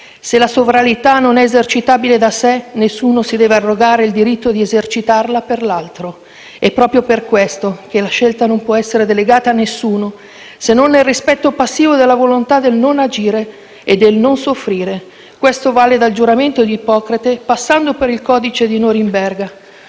Se la sovranità non è esercitabile da sé, nessuno si deve arrogare il diritto di esercitarla per l'altro. È proprio per questo che la scelta non può essere delegata a nessuno se non nel rispetto passivo della volontà del non agire e del non soffrire. Questo vale dal giuramento di Ippocrate, passando per il codice di Norimberga,